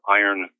iron